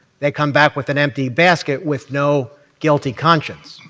they come back with an empty basket with no guilty conscience.